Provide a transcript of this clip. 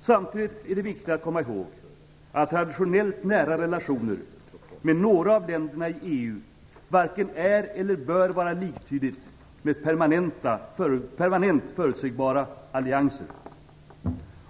Samtidigt är det viktigt att komma ihåg att traditionellt nära relationer med några av länderna i EU varken är eller bör vara liktydigt med permanent förutsägbara allianser.